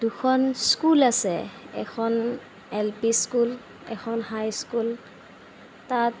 দুখন স্কুল আছে এখন এল পি স্কুল এখন হাইস্কুল তাত